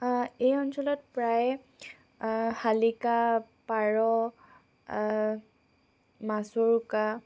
এই অঞ্চলত প্ৰায়ে শালিকা পাৰ মাছৰোকা